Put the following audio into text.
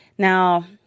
Now